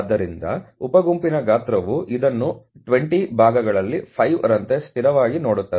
ಆದ್ದರಿಂದ ಉಪ ಗುಂಪಿನ ಗಾತ್ರವು ಇದನ್ನು 20 ಭಾಗಗಳಲ್ಲಿ 5 ರಂತೆ ಸ್ಥಿರವಾಗಿ ನೋಡುತ್ತದೆ